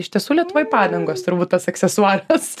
iš tiesų lietuvoj padangos turbūt tas aksesuaras